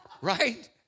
Right